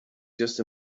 just